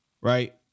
right